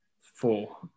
four